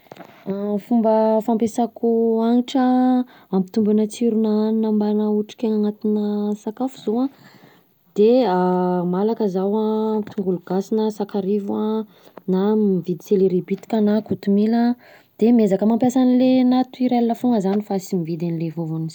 Fomba fampiasako hanitra hampitomboina tsirona hanina mbana otrikaina anatina sakafo zao an de malaka zaho an, tongolo gasy na sakarivo na mividy selery bitibitika na kotomila de miezaka mampiasa anle natiorela fogna za fa sy mividy anle vovony sy ny tariny reny.